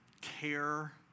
Care